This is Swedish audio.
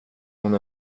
hon